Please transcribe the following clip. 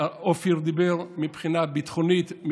אופיר דיבר מבחינה ביטחונית.